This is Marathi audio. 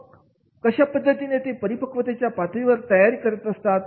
मग कशा पद्धतीने ते परिपक्वतेच्या पातळीवर तयारी करीत असतात